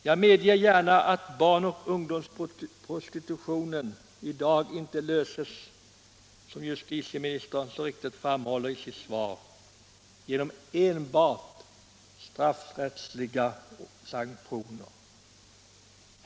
Jag medger gärna att problemet med barn och ungdomsprostitutionen i dag inte löses, som justitieministern så riktigt framhåller i sitt svar, genom enbart straffrättsliga sanktioner.